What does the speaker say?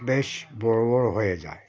বেশ বড় বড় হয়ে যায়